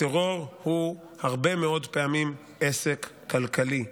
הטרור הוא הרבה מאוד פעמים עסק כלכלי,